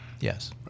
yes